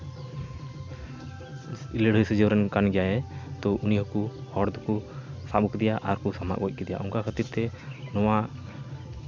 ᱞᱟᱹᱲᱦᱟᱹᱭ ᱥᱤᱡᱤᱱ ᱨᱮᱱ ᱠᱟᱱ ᱜᱮᱭᱟᱭ ᱛᱚ ᱩᱱᱤ ᱦᱚᱸᱠᱚ ᱦᱚᱲ ᱫᱚᱠᱚ ᱥᱟᱵ ᱟᱹᱜᱩ ᱠᱮᱫᱮᱭᱟ ᱟᱨᱠᱚ ᱥᱟᱢᱟᱜ ᱜᱚᱡ ᱠᱮᱫᱮᱭᱟ ᱚᱝᱠᱟ ᱠᱷᱟᱹᱛᱤᱨ ᱛᱮ ᱱᱚᱣᱟ